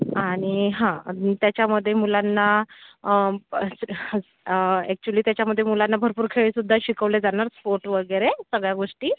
आणि हा आणि त्याच्यामध्ये मुलांना ॲक्चुअली त्याच्यामध्ये मुलांना भरपूर खेळसुद्धा शिकवले जाणार स्पोर्ट वगैरे सगळ्या गोष्टी